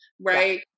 right